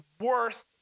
worth